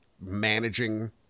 managing